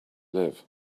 live